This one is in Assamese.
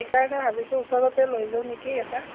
সেইকাৰণে ভাবিছোঁ ওচৰতে লৈ লওঁ নেকি এটা